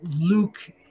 Luke